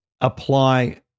apply